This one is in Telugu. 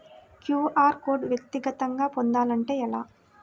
క్యూ.అర్ కోడ్ వ్యక్తిగతంగా పొందాలంటే ఎలా?